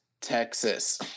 Texas